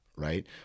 Right